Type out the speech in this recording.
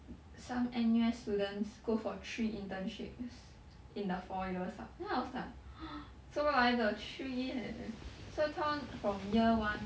um some N_U_S students go for three internships in the four years ah then I was like 什么来的 three eh so 他们 from year one